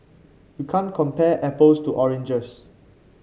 you can't compare apples to oranges